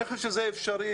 אני חושב שזה אפשרי.